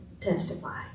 testify